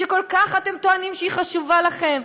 שאתם טוענים שהיא כל כך חשובה לכם,